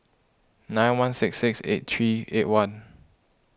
nine one six six eight three eight one